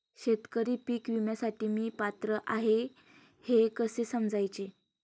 शेतकरी पीक विम्यासाठी मी पात्र आहे हे कसे समजायचे?